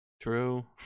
true